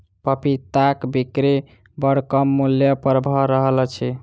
पपीताक बिक्री बड़ कम मूल्य पर भ रहल अछि